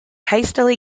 hastily